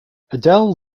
adele